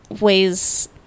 ways